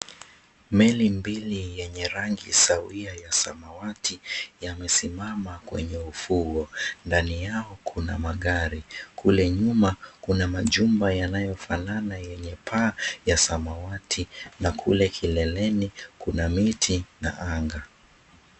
Meli mbili yenye rangi sawia ya samawati yamesimama kwenye ufuo. Ndani yao kuna magari. Kule nyuma kuna majumba yanayofanana yenye paa ya samawati na kule kileleni kuna miti na anga.